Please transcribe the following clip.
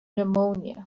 pneumonia